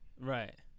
right